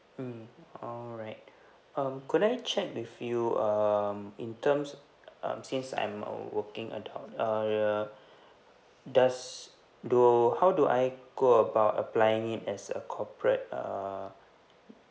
mm alright um could I check with you um in terms um since I'm a working adult err does do how do I go about applying it as a corporate err